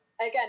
again